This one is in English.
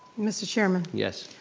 mr. chairman? yes?